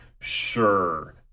Sure